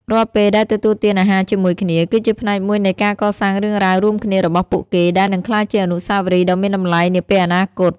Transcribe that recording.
រាល់ពេលដែលទទួលទានអាហារជាមួយគ្នា គឺជាផ្នែកមួយនៃការកសាងរឿងរ៉ាវរួមគ្នារបស់ពួកគេ ដែលនឹងក្លាយជាអនុស្សាវរីយ៍ដ៏មានតម្លៃនាពេលអនាគត។